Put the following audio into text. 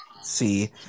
See